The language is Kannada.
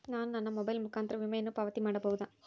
ನಾನು ನನ್ನ ಮೊಬೈಲ್ ಮುಖಾಂತರ ವಿಮೆಯನ್ನು ಪಾವತಿ ಮಾಡಬಹುದಾ?